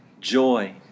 joy